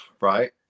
Right